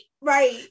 right